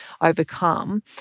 overcome